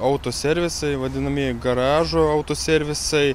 autoservisai vadinamieji garažų autoservisai